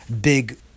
big